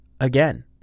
again